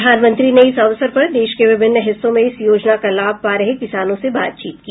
प्रधानमंत्री ने इस अवसर पर देश के विभिन्न हिस्सों में इस योजना का लाभ पा रहे किसानों से बातचीत की